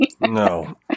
no